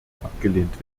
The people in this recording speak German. abgelehnt